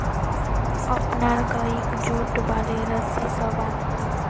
अपनार गइक जुट वाले रस्सी स बांध